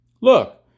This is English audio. Look